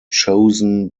chosen